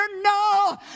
No